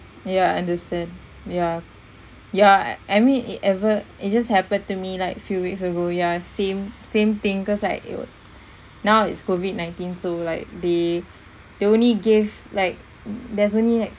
ya I understand ya ya I I mean it ever it just happened to me like few weeks ago yeah same same thing cause like it wo~ now it's COVID nineteen so like they they only gave like there's only like